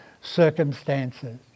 circumstances